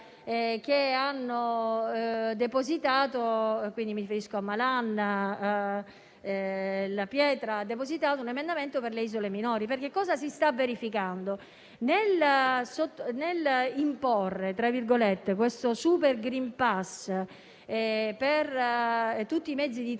hanno depositato - mi riferisco a Malan e La Pietra - un emendamento per le isole minori. Che cosa si sta verificando? Nell'imporre questo super *green pass* per tutti i mezzi di trasporto,